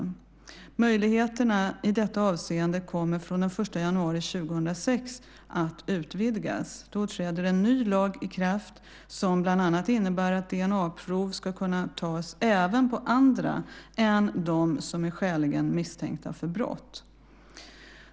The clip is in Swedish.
Möjligheterna i detta avseende kommer från den 1 januari 2006 att utvidgas. Då träder en ny lag i kraft som bland annat innebär att DNA-prov ska kunna tas även på andra än de som är skäligen misstänkta för brott.